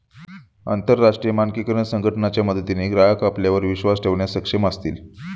अंतरराष्ट्रीय मानकीकरण संघटना च्या मदतीने ग्राहक आपल्यावर विश्वास ठेवण्यास सक्षम असतील